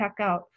checkout